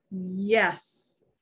Yes